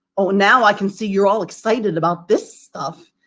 oh, now i can see you're all excited about this stuff.